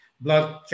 blood